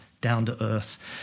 down-to-earth